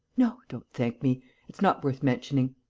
no, don't thank me it's not worth mentioning.